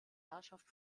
herrschaft